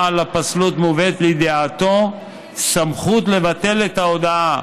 על הפסלות מובא לידיעתו סמכות לבטל את ההודעה,